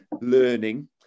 learning